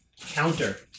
counter